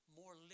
more